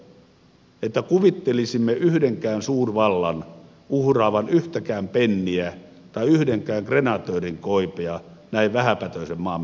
niin tuhmia me emme täällä ole että kuvittelisimme yhdenkään suurvallan uhraavan yhtäkään penniä tai yhdenkään krenatöörin koipea näin vähäpätöisen maamme puolesta